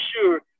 sure